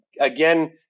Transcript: again